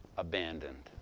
abandoned